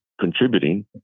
contributing